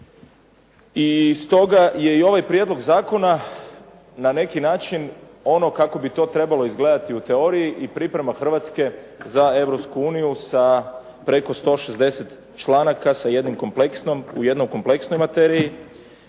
I stoga je i ovaj prijedlog zakona na neki način ono kako bi to trebalo izgledati u teoriji i priprema Hrvatske za Europsku uniju sa preko 160 članaka, sa jednom kompleksnom,